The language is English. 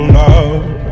love